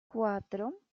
cuatro